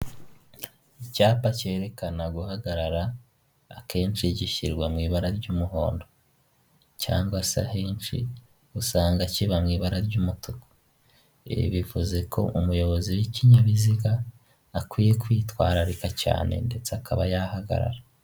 Icyapa cyerekana guhagarara, akenshi gishyirwa mu ibara ry'umuhondo cyangwa se ahenshi usanga kiba mu ibara ry'umutuku, bivuze ko umuyobozi w'ikinyabiziga akwiye kwitwararika cyane ndetse akaba yahagarara.